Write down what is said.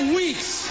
weeks